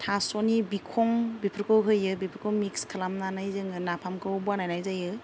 थास'नि बिखं बेफोरखौ होयो बेफोरखौ मिक्स खालामनानै जोङो नाफामखौ बानायनाय जायो